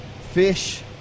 fish